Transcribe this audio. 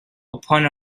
upon